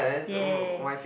yes